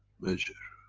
measure.